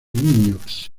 niños